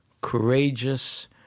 courageous